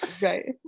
right